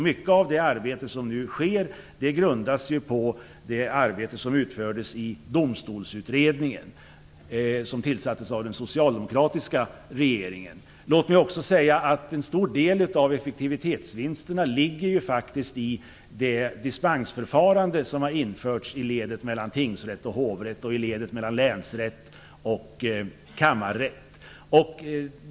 Mycket av det arbete som nu sker grundas på det arbete som utfördes i Domstolsutredningen, som tillsattes av den socialdemokratiska regeringen. Låt mig också säga att en stor del av effektivitetsvinsterna ligger i det dispensförfarande som har införts i ledet mellan tingsrätt och hovrätt och i ledet mellan länsrätt och kammarrätt.